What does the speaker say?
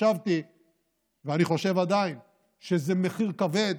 חשבתי ואני חושב עדיין שזה מחיר כבד,